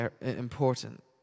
important